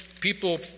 people